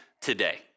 today